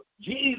Jesus